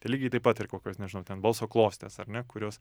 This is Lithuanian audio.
tai lygiai taip pat ir kokios nežinau ten balso klostės ar ne kurios